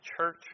church